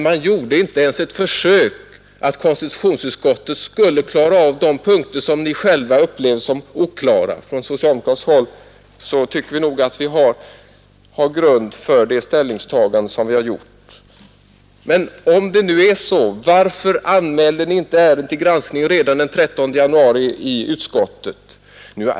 Men ni gjorde inte ens ett försök i konstitutionsutskottet att klara av de punkter som ni själva upplever som oklara. På socialdemokratiskt håll tycker vi att vi har grund för vårt ställningstagande. Varför anmälde ni inte ärendet redan den 13 januari för granskning i utskottet?